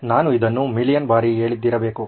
ನಾನು ಇದನ್ನು ಮಿಲಿಯನ್ ಬಾರಿ ಹೇಳಿದ್ದಿರಬೇಕು